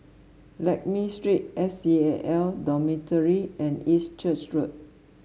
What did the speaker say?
Lakme Street S C A L Dormitory and East Church Road